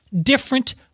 different